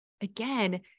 again